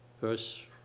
Verse